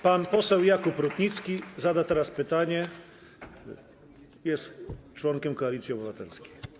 Pan poseł Jakub Rutnicki zada teraz pytanie, jest on członkiem Koalicji Obywatelskiej.